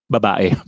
Babae